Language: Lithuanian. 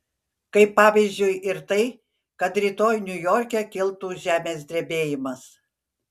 kaip pavyzdžiui ir tai kad rytoj niujorke kiltų žemės drebėjimas